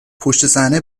پشتصحنهی